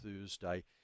Thursday